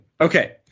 Okay